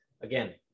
Again